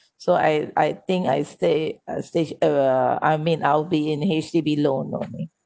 so I I think I stay uh stay uh I mean I'll be in H_D_B loan only